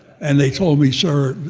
and they told me, sir,